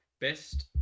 Best